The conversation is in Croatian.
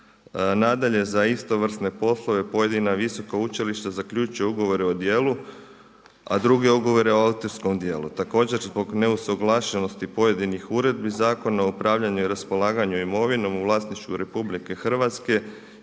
Nadalje za istovrsne poslove pojedina visoka učilišta zaključuju ugovore o djelu a druge ugovore o autorskom djelu. Također zbog neusuglašenosti pojedinih uredbi Zakona o upravljanju i raspolaganju imovinom u vlasništvu RH i Uredbu